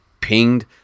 pinged